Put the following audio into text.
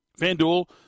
FanDuel